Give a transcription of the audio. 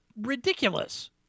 ridiculous